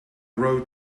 road